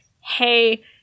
hey